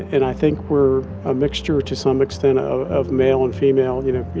and i think we're a mixture to some extent ah of male and female, you know,